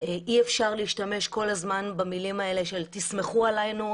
אי אפשר להשתמש כל הזמן במילים האלה של תסמכו עלינו,